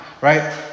right